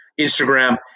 Instagram